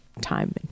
time